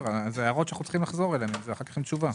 הערות שנצטרך לחזור אליהן עם תשובה.